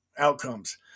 Outcomes